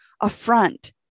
affront